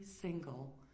single